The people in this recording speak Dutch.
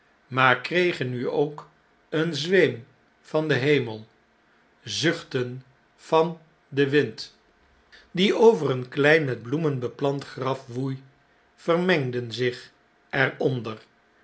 maar kregen nu ook een zweem van den hemel zuchten van den wind die over een klein met bloemen beplant graf woei vermengden zich